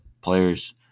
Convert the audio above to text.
players